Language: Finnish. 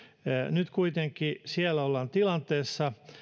nyt kuitenkin siellä ollaan tilanteessa